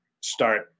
start